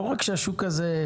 השוק הזה,